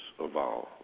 evolve